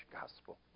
gospel